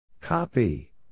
Copy